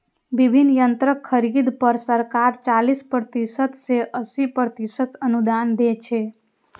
विभिन्न यंत्रक खरीद पर सरकार चालीस प्रतिशत सं अस्सी प्रतिशत अनुदान दै छै